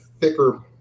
thicker